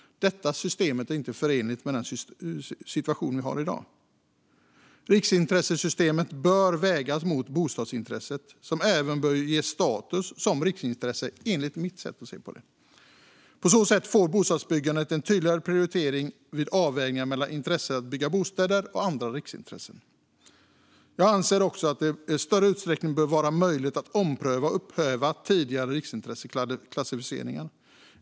Detta system är inte förenligt med den situation vi har i dag. Riksintressesystemet bör vägas mot bostadsintresset, som enligt mitt sätt att se på det även bör ges status som riksintresse. På så sätt får bostadsbyggandet en tydligare prioritet vid avvägningar mellan intresset att bygga bostäder och andra riksintressen. Jag anser också att det i större utsträckning bör vara möjligt att ompröva och upphäva tidigare riksintresseklassificeringar.